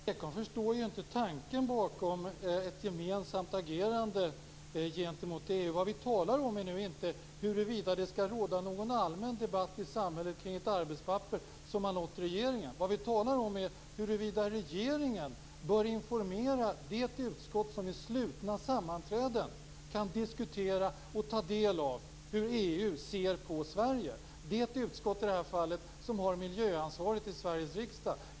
Fru talman! Berndt Ekholm förstår inte tanken bakom ett gemensamt agerande gentemot EU. Vi talar inte om huruvida det skall råda någon allmän debatt i samhället kring ett arbetspapper som har nått regeringen. Vi talar om huruvida regeringen bör informera det utskott som vid slutna sammanträden kan diskutera och ta del av hur EU ser på Sverige. Det utskottet är i det här fallet det som har miljöansvaret i Sveriges riksdag.